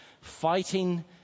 fighting